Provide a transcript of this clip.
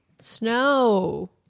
Snow